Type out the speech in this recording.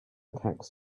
tax